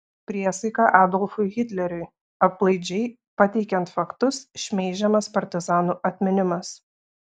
priesaika adolfui hitleriui aplaidžiai pateikiant faktus šmeižiamas partizanų atminimas